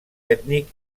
ètnic